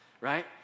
Right